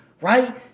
right